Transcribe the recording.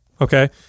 okay